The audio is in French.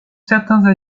certains